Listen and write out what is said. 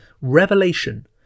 revelation